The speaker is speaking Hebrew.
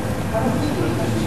נתקבלה.